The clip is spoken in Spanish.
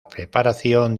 preparación